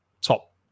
top